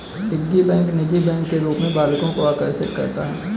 piggy bank निजी bank के रूप में बालकों को आकर्षित करता है